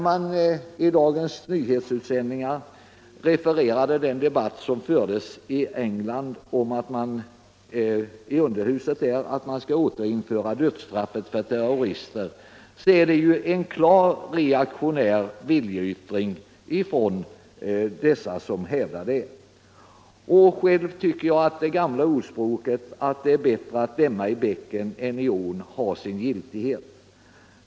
I dagens nyhetsutsändningar har man refererat debatten i engelska underhuset om återinförande av dödsstraff för terrorister. Att föreslå det är en klart reaktionär viljeyttring. Själv tycker jag att det gamla ordspråket att det är bättre att stämma i bäcken än i ån här har giltighet.